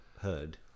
heard